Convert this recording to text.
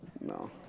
no